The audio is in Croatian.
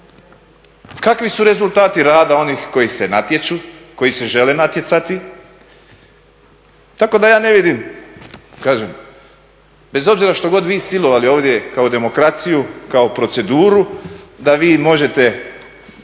kakvi su rezultati rada onih koji se natječu, koji se žele natjecati. Tako da ja ne vidim kažem bez obzira što god vi silovali ovdje kao demokraciju, kao proceduru da vi možete